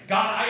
God